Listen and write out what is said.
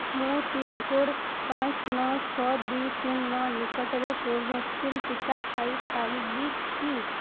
ମୁଁ ପିନ୍କୋଡ଼୍ ପାଞ୍ଚ ନଅ ଛଅ ଦୁଇ ଶୂନ ନଅ ନିକଟରେ କୋଭ୍ୟାକ୍ସିନ୍ ଟିକା ପାଇ ପାରିବି କି